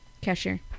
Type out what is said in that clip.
cashier